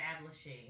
establishing